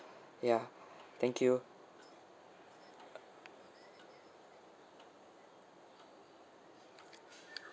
yeah thank you uh